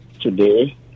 today